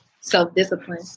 self-discipline